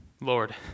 Lord